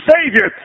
Savior